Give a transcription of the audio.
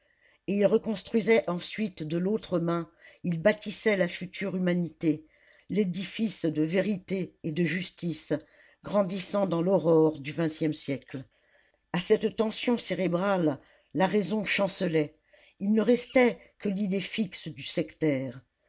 et il reconstruisait ensuite de l'autre main il bâtissait la future humanité l'édifice de vérité et de justice grandissant dans l'aurore du vingtième siècle a cette tension cérébrale la raison chancelait il ne restait que l'idée fixe du sectaire